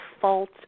fault